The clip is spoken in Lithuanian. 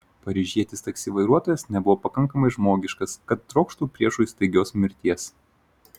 paryžietis taksi vairuotojas nebuvo pakankamai žmogiškas kad trokštų priešui staigios mirties